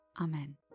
Amen